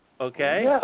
Okay